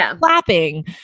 clapping